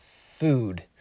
food